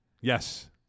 Yes